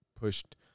pushed